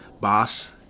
Boss